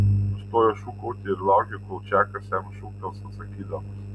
nustojo šūkauti ir laukė kol čakas jam šūktels atsakydamas